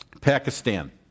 Pakistan